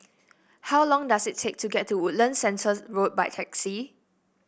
how long does it take to get to Woodlands Centre Road by taxi